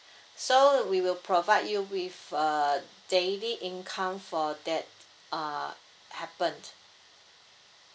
so we will provide you with a daily income for that uh happened